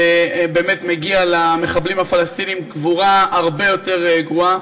ובאמת מגיע למחבלים הפלסטינים קבורה הרבה יותר גרועה.